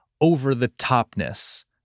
over-the-topness